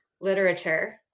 literature